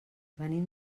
venim